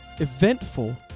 eventful